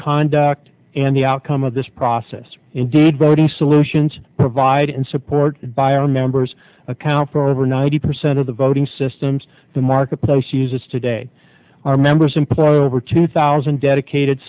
conduct and the outcome of this process indeed voting solutions provided and supported by our members account for ninety percent of the vote the systems the marketplace uses today our members employ over two thousand dedicated